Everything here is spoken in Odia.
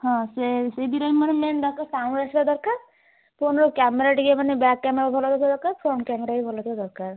ହଁ ସେଇ ଦୁଇଟା ହିଁ ମୋର ମେନ୍ ଆସିବା ଦରକାର ସାଉଣ୍ଡ ଆସିବା ଦରକାର ଫୋନର କ୍ୟାମେରା ଟିକେ ମାନେ ବ୍ୟାକ୍ କ୍ୟାମେରା ଭଲ ହେଉଥିବା ଦରକାର ଫ୍ରଣ୍ଟ କ୍ୟାମେରା ବି ଭଲ ଥିବା ଦରକାର